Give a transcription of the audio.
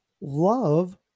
love